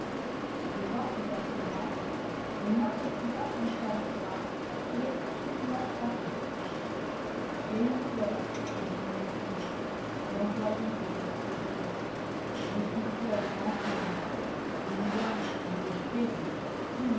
devant cette assurance emma retrouva son sang-froid et elle continua sa route j'ai eu tort continua-t-il d'employer cette expression je suis seul en cause du moins nous l'espérons